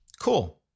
Cool